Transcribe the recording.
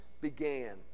began